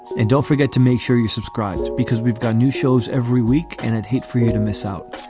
and don't forget to make sure you subscribe because we've got new shows every week. and i'd hate for you to miss out.